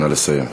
נא לסיים.